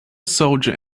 soldier